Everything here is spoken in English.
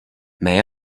may